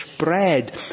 spread